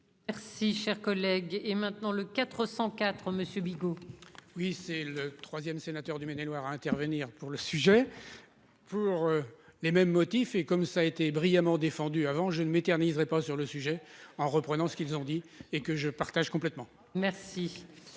Merci, cher collègue, et maintenant le 400 4. Chez Bicou oui, c'est le 3ème, sénateur du Maine-et-Loire à intervenir pour le sujet, pour les mêmes motifs, et comme ça a été brillamment défendu avant, je ne m'éterniser pas sur le sujet en reprenant ce qu'ils ont dit et que je partage complètement. Merci